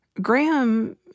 Graham